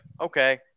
okay